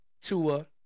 Tua